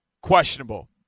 questionable